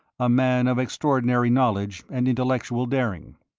a man of extraordinary knowledge and intellectual daring.